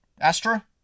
Astra